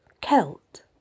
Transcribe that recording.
Celt